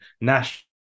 national